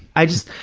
i just,